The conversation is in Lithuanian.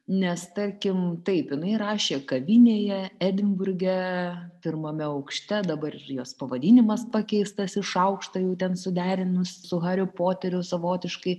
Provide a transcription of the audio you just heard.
nes tarkim taip jinai rašė kavinėje edinburge pirmame aukšte dabar ir jos pavadinimas pakeistas į šaukštą jau ten suderinus su hariu poteriu savotiškai